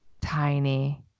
Tiny